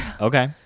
Okay